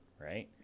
right